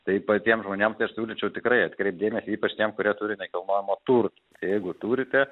tai patiem žmonėm tai aš siūlyčiau tikrai atkreipt dėmesį ypač tiem kurie turi nekilnojamo turto jeigu turite